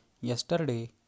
yesterday